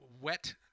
Wet